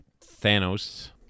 Thanos